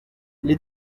les